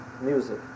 music